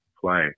play